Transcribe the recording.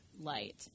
light